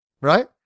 right